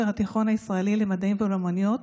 התיכון הישראלי למדעים ולאומנויות,